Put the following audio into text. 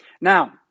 Now